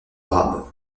arabe